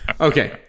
Okay